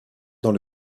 dans